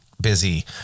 busy